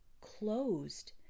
closed